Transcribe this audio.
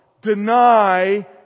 deny